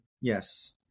Yes